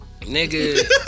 Nigga